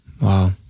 Wow